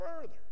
further